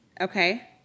Okay